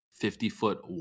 50-foot